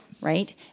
Right